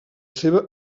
seva